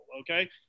Okay